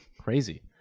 Crazy